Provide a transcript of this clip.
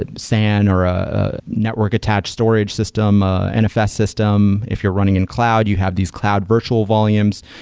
ah san or a network attached storage system, an nfs system. if you're running in cloud, you have these cloud virtual volumes.